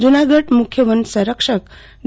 જૂનાગઢ મુખ્ય વન સંરક્ષક ડી